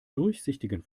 durchsichtigen